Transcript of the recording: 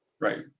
Right